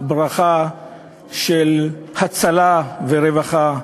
ברכה של הצלה ורווחה.